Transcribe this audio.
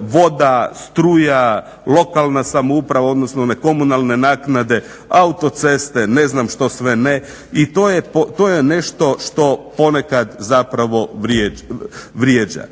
voda, struja, lokalna samouprave odnosno one komunalne naknade, autoceste ne znam što sve ne i to je nešto što ponekad vrijeđa.